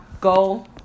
go